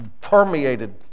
permeated